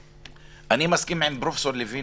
אני מסכים עם פרופ' לוין